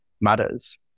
matters